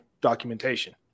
documentation